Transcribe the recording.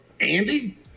Andy